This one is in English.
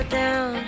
down